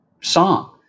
song